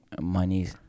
money